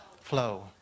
flow